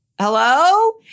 hello